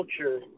culture